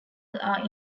are